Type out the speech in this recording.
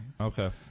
okay